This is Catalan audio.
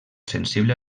sensible